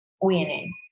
winning